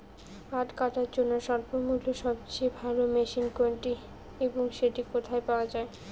পাট কাটার জন্য স্বল্পমূল্যে সবচেয়ে ভালো মেশিন কোনটি এবং সেটি কোথায় পাওয়া য়ায়?